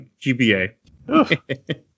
GBA